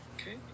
Okay